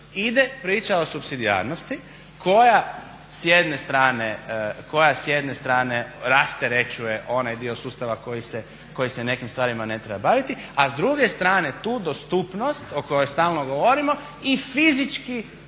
ide priča o supsidijarnosti koja s jedne strane rasterećuje onaj dio sustava koji se nekim stvarima ne treba baviti, a s druge strane tu dostupnost o kojoj stalno govorimo i fizički približava